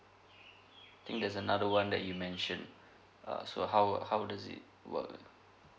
think there's another one that you mentioned uh so how how does it work